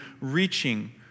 reaching